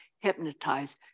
hypnotized